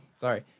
sorry